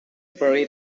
buried